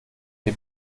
dem